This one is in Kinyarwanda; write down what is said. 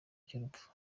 cy’urupfu